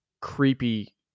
creepy